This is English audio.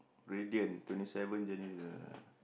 Radiant twenty seven january